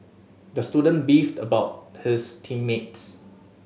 the student beefed about his team mates